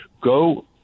Go